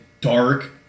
dark